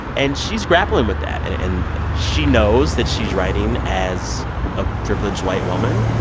and she's grappling with that. and and she knows that she's writing as a privileged, white woman.